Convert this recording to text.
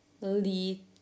lead